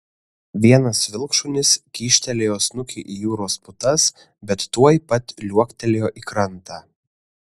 vienas vilkšunis kyštelėjo snukį į jūros putas bet tuoj pat liuoktelėjo į krantą